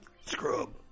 scrub